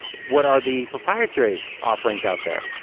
what are the proprietary offerings out there?